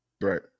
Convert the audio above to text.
Right